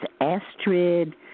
Astrid